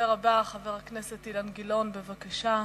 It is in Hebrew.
הדובר הבא, חבר הכנסת אילן גילאון, בבקשה.